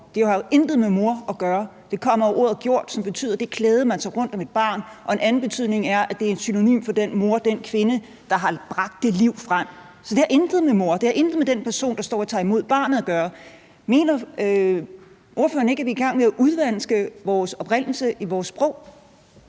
Det har jo intet med mor at gøre. Det kommer af ordet gjord, som er det klæde, man tager rundt om et barn. En anden betydning er, at det er et synonym for den mor, den kvinde, der har bragt det liv frem. Så det har intet med mor og intet med den person, der står og tager imod barnet, at gøre. Mener ordføreren ikke, at vi er i gang med at udvande vores oprindelse i vores sprog?